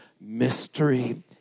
mystery